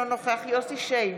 אינו נוכח יוסף שיין,